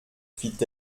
fit